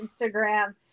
Instagram